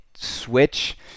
switch